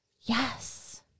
Yes